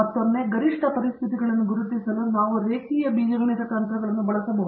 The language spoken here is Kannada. ಮತ್ತೊಮ್ಮೆ ಗರಿಷ್ಟ ಪರಿಸ್ಥಿತಿಗಳನ್ನು ಗುರುತಿಸಲು ನಾವು ರೇಖೀಯ ಬೀಜಗಣಿತ ತಂತ್ರಗಳನ್ನು ಬಳಸಬಹುದು